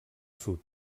sud